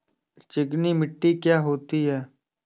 चिकनी मिट्टी क्या होती है?